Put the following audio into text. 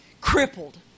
crippled